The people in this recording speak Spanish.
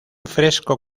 fresco